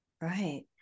right